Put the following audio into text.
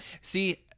See